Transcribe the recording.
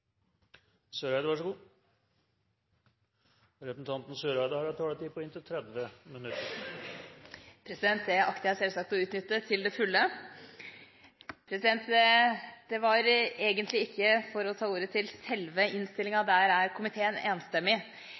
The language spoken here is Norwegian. har en taletid på inntil 30 minutter. Det akter jeg selvsagt å utnytte til det fulle. Dette er egentlig ikke for å ta ordet til selve innstillingen – der er komiteen enstemmig.